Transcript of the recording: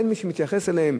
אין מי שמתייחס אליהם.